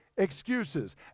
excuses